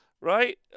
right